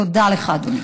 תודה לך, אדוני.